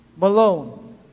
malone